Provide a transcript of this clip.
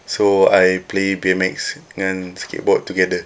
so I play B_M_X dengan skateboard together